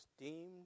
deemed